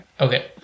Okay